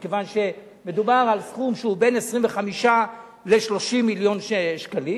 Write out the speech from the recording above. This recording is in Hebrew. מכיוון שמדובר על סכום שהוא בין 25 ל-30 מיליון שקלים.